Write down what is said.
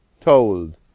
told